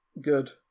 good